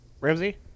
Ramsey